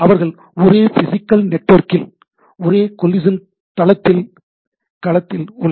அவர்கள் ஒரே பிசிகல் நெட்வொர்க்கில் ஒரே கோலிசன் களத்தில் உள்ளனர்